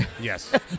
Yes